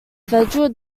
federal